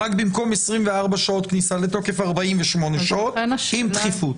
רק במקום 24 שעות כניסה לתוקף, 48 שעות עם דחיפות.